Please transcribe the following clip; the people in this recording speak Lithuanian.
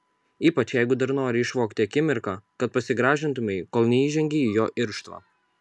ypač jeigu dar nori išvogti akimirką kad pasigražintumei kol neįžengei į jo irštvą